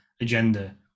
agenda